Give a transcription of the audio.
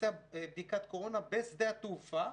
לבצע בדיקת קורונה בשדה התעופה,